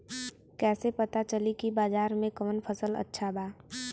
कैसे पता चली की बाजार में कवन फसल अच्छा बा?